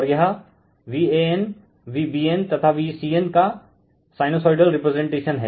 और यह VanVbn तथा Vcn का साइनुसोइडल रिप्रजेंटेशन हैं